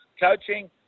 coaching